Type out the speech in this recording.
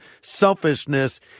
selfishness